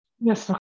Yes